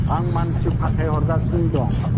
आं मानसि फाथायहरगासिनो दं